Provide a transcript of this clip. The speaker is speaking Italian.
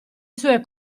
sue